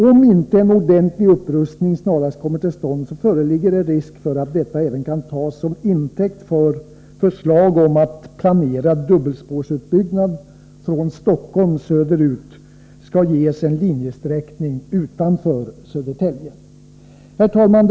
Om inte en ordentlig upprustning snarast kommer till stånd föreligger risk för att detta även kan tas som intäkt för att förslag kommer att läggas fram om att planerad dubbelspårsutbyggnad från Stockholm söderut skall ges en linjesträckning utanför Södertälje. Herr talman!